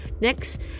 next